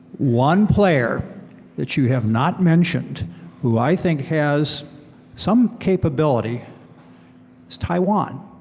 one player that you have not mentioned who i think has some capability is taiwan.